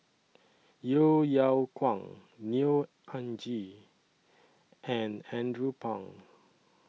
Yeo Yeow Kwang Neo Anngee and Andrew Phang